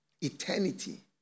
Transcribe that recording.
Eternity